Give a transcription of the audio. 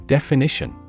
Definition